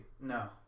No